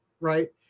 right